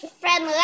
friend